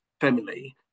family